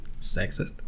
Sexist